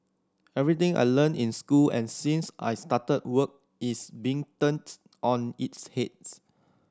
everything I learnt in school and since I started work is being turns on its heads